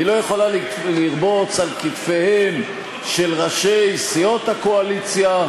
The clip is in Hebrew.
היא לא יכולה לרבוץ על כתפיהם של ראשי סיעות הקואליציה.